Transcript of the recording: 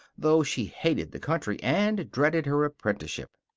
though she hated the country and dreaded her apprenticeship.